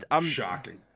shocking